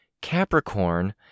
Capricorn